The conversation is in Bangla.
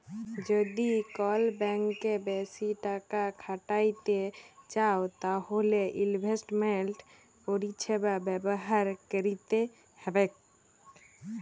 যদি কল ব্যাংকে বেশি টাকা খ্যাটাইতে চাউ তাইলে ইলভেস্টমেল্ট পরিছেবা ব্যাভার ক্যইরতে হ্যবেক